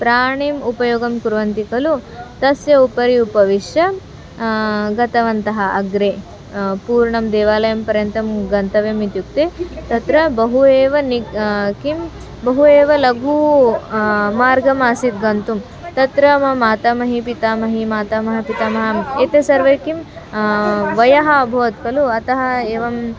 प्राणिनः उपयोगं कुर्वन्ति खलु तस्य उपरि उपविश्य गतवन्तः अग्रे पूर्णं देवालयं पर्यन्तं गन्तव्यम् इत्युक्ते तत्र बहु एव न किं बहु एव लघु मार्गमासीत् गन्तुं तत्र मम मातामही पितामही मातामहः पितामाहः एते सर्वे किं वयः अभवत् खलु अतः एवम्